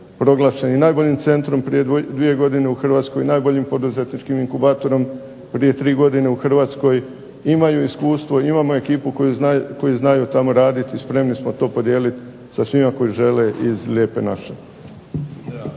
proglašen najboljim centrom prije dvije godine u Hrvatskoj i najboljim poduzetničkim inkubatorom prije tri godine u Hrvatskoj. Imamo iskustvo imamo ekipu koja zna tamo raditi i spremni smo to podijeliti sa svima koji žele iz Lijepe naše.